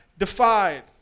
defied